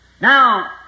Now